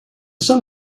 sun